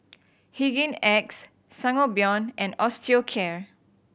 Hygin X Sangobion and Osteocare